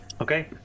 Okay